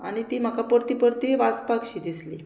आनी ती म्हाका परती परती वाचपाक शी दिसली